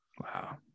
Wow